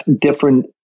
different